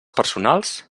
personals